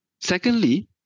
Secondly